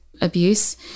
abuse